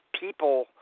people